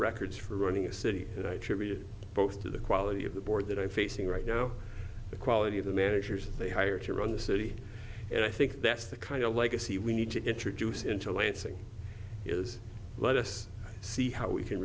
records for running a city and i attribute both to the quality of the board that i'm facing right now the quality of the managers they hire to run the city and i think that's the kind of legacy we need to introduce into lansing is let us see how we can